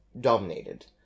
dominated